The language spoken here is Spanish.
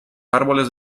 árboles